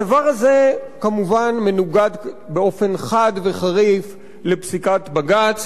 הדבר הזה כמובן מנוגד באופן חד וחריף לפסיקת בג"ץ,